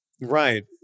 right